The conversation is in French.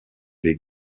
les